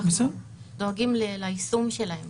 אנחנו דואגים ליישום שלהם